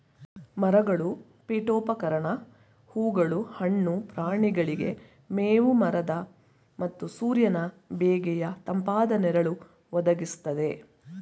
ಮರಗಳು ಪೀಠೋಪಕರಣ ಹೂಗಳು ಹಣ್ಣು ಪ್ರಾಣಿಗಳಿಗೆ ಮೇವು ಮರದ ಮತ್ತು ಸೂರ್ಯನ ಬೇಗೆಯ ತಂಪಾದ ನೆರಳು ಒದಗಿಸ್ತದೆ